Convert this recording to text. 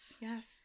Yes